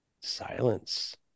Silence